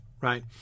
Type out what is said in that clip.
right